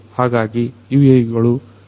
ಹಾಗಾಗಿ UAVಗಳು ತುಂಬಾ ಸಹಕಾರಿಯಾಗಿವೆ